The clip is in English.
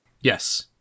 Yes